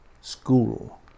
school